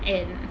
and